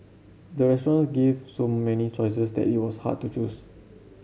the restaurant gave so many choices that it was hard to choose